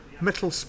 metal